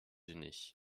unis